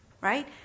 right